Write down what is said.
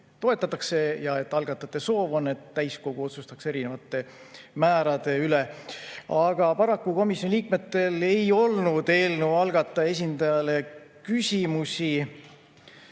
toetatakse, ja algatajate soov on, et täiskogu otsustaks erinevate määrade üle. Paraku komisjoni liikmetel ei olnud eelnõu algatajate esindajale küsimusi.